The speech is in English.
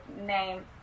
name